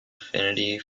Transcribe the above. affinity